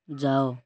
ଯାଅ